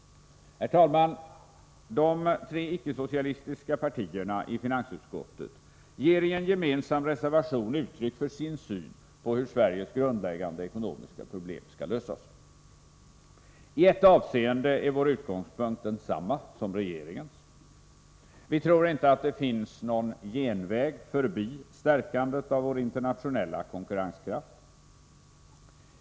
Herr talman! De tre icke-socialistiska partierna i finansutskottet ger i en gemensam reservation uttryck för sin syn på hur Sveriges grundläggande ekonomiska problem skall lösas. I ett avseende är vår utgångspunkt densamma som regeringens. Vi tror inte att det finns någon genväg förbi stärkandet av vår internationella konkurrenskraft.